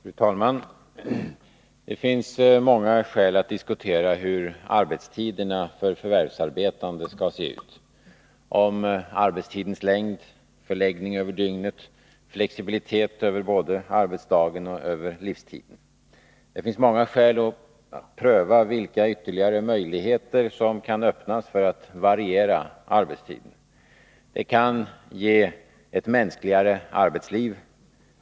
Fru talman! Det finns många skäl att diskutera hur arbetstiderna för förvärvsarbetande — arbetsdagens längd, förläggning över dygnet, flexibilitet över både arbetsdagen och livstiden — skall se ut. Det finns många skäl att pröva vilka ytterligare möjligheter som kan öppnas för att variera arbetstiden. Det kan ge ett mänskligare arbetsliv.